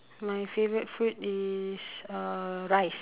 my favourite food is uh rice